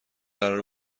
قرار